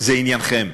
זה עניינכם.